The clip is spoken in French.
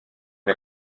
une